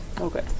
Okay